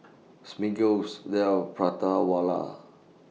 Smiggle's Dell Prata Wala